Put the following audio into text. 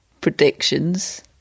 predictions